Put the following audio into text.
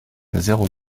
zéro